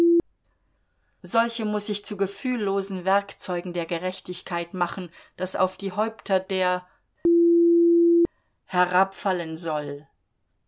solche muß ich zu gefühllosen werkzeugen der gerechtigkeit machen das auf die häupter der herabfallen soll